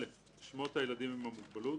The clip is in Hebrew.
שמות הילדים עם מוגבלות,